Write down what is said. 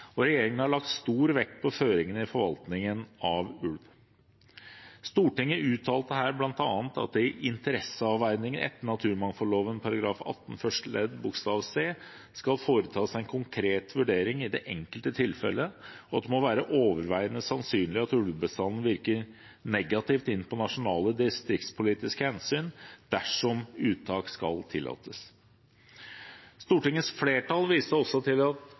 og regjeringen har lagt stor vekt på føringene i forvaltningen av ulv. Stortinget uttalte her bl.a. at det i interesseavveiningen etter naturmangfoldloven § 18 første ledd bokstav c skal foretas en konkret vurdering i det enkelte tilfellet, og at det må være overveiende sannsynlig at ulvebestanden virker negativt inn på nasjonale distriktspolitiske hensyn dersom uttak skal tillates. Stortingets flertall viste også til at